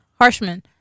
Harshman